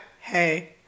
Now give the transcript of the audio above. Hey